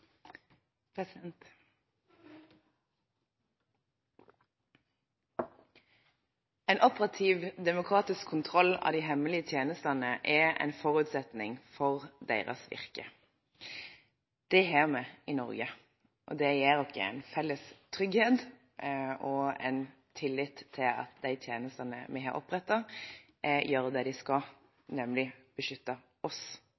1. En operativ demokratisk kontroll av de hemmelige tjenestene er en forutsetning for deres virke. Det har vi i Norge, og det gir oss en felles trygghet og en tillit til at de tjenestene vi har opprettet, gjør det de skal, nemlig beskytte oss.